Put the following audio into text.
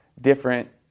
different